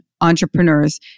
entrepreneurs